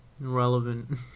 Irrelevant